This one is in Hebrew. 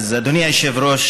אדוני היושב-ראש,